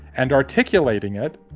and articulating it,